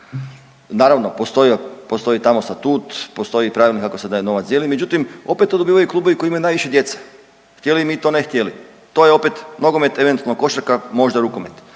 Naravno postoji tamo statut, postoji pravilnik kako se taj novac dijeli. Međutim, opet to dobivaju klubovi koji imaju najviše djece htjeli mi to, ne htjeli. To je opet nogomet, eventualno košarka, možda rukomet.